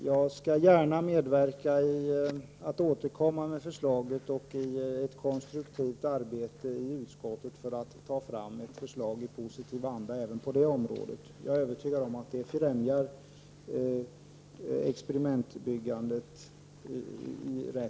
Jag skall gärna medverka till att förslaget återkommer, så att vi med ett konstruktivt arbete i utskottet kan ta fram ett förslag i positiv anda även på det området. Jag är övertygad om att det främjar experimentbyggandet.